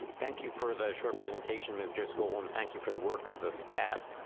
thank you for the short presentation, miss driscoll, and thank you for the work of the staff.